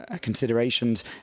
considerations